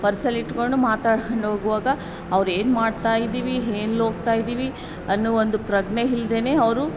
ಪರ್ಸಲ್ಲಿ ಇಟ್ಕೊಂಡು ಮಾತಾಡ್ಕೊಂಡು ಹೋಗುವಾಗ ಅವ್ರೇನು ಮಾಡ್ತಾಯಿದ್ದೀವಿ ಎಲ್ಲಿ ಹೋಗ್ತಾಯಿದ್ದೀವಿ ಅನ್ನೋ ಒಂದು ಪ್ರಜ್ಞೆ ಇಲ್ದೇನೇ ಅವರು